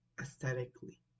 aesthetically